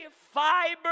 fiber